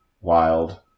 wild